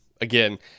Again